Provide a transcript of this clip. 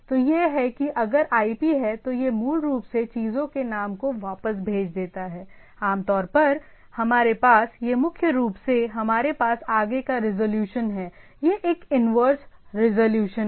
तो यह है कि अगर IP है तो यह मूल रूप से चीजों के नाम को वापस भेज देता है आमतौर पर हमारे पास यह मुख्य रूप से हमारे पास आगे का रेजोल्यूशन है यह एक इन्वर्स रेजोल्यूशन है